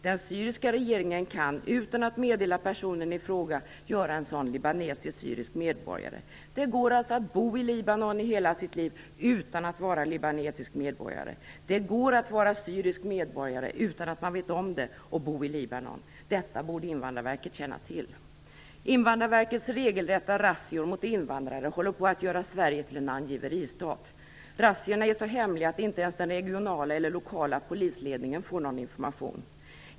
Den syriska regeringen kan - utan att meddela personen i fråga - göra en sådan libanes till syrisk medborgare. Det går alltså att bo i Libanon i hela sitt liv utan att vara libanesisk medborgare. Det går att vara syrisk medborgare, utan att man vet om det, och bo i Libanon. Detta borde Invandrarverket känna till. Invandrarverkets regelrätta razzior mot invandrare håller på att göra Sverige till en angiveristat. Razziorna är så hemliga att inte ens den regionala eller lokala polisledningen får någon information.